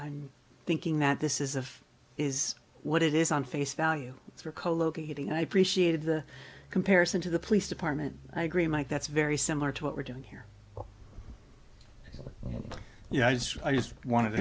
i'm thinking that this is of is what it is on face value for co locating i appreciated the comparison to the police department i agree mike that's very similar to what we're doing here you know as i just wanted to